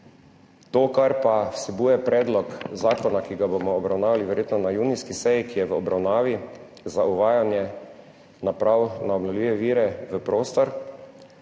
To, kar pa vsebuje predlog zakona, ki ga bomo obravnavali verjetno na junijski seji, ki je v obravnavi za uvajanje naprav na obnovljive vire v prostor